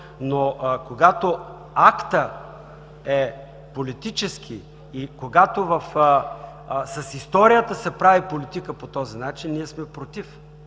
но когато актът е политически и когато с историята се прави политика по този начин, ние сме против.